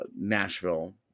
Nashville